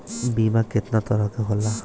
बीमा केतना तरह के होला?